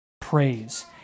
praise